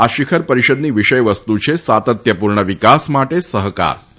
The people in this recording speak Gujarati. આ શિખર પરિષદની વિષય વસ્તુ છે સાતત્યપૂર્ણ વિકાસ માટે સહકાર